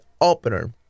opener